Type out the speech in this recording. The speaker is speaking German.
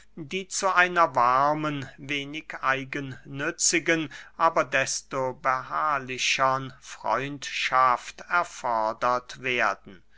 die zu einer warmen wenig eigennützigen aber desto beharrlichern freundschaft erfordert werden